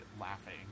laughing